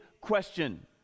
question